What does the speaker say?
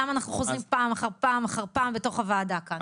למה אנחנו חוזרים פעם אחר פעם אחר פעם בתוך הוועדה כאן.